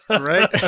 Right